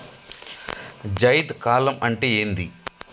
జైద్ కాలం అంటే ఏంది?